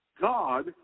God